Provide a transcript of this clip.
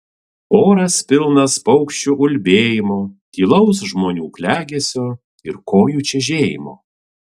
oras pilnas paukščių ulbėjimo tylaus žmonių klegesio ir kojų čežėjimo